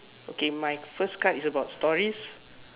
okay my first card is about stories